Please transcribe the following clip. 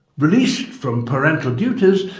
released from parental duties,